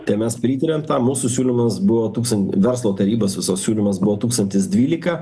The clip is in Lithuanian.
tai mes pritarėm tam mūsų siūlymas buvo tūkstantis verslo tarybos visos siūlymas buvo tūkstantis dvylika